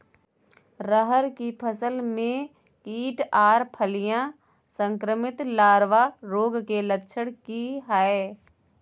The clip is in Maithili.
रहर की फसल मे कीट आर फलियां संक्रमित लार्वा रोग के लक्षण की हय?